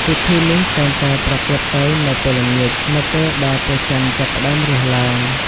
ពិធីនេះតែងតែប្រព្រឹត្តទៅនៅពេលល្ងាច នៅពេលដែលព្រះច័ន្ទចាប់ផ្តើមរះឡើង។